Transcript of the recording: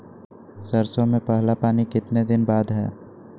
सरसों में पहला पानी कितने दिन बाद है?